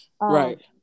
Right